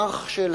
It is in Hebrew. האח של,